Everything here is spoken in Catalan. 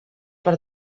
per